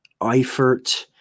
Eifert